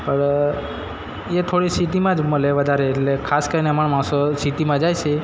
પણ એ થોડી સીટીમાં જ મળે વધારે એટલે ખાસ કરીને અમારા માણસો સીટીમાં જાય છે